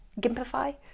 Gimpify